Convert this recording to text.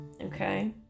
Okay